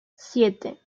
siete